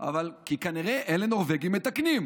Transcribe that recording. כי כנראה אלה נורבגים מתקנים.